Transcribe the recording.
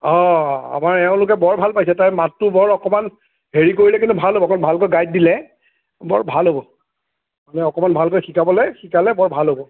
অঁ আমাৰ এওঁলোকে বৰ ভাল পাইছে তাইৰ মাতটোও বাৰু অকণমান হেৰি কৰিলে কিন্তু ভাল হ'ব অকণমান ভালকৈ গাইড দিলে বৰ ভাল হ'ব মানে অকণমান ভালকৈ শিকাবলে শিকালে বৰ ভাল হ'ব